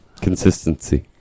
Consistency